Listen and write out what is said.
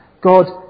God